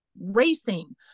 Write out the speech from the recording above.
racing